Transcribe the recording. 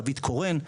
דוד קורן,